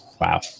wow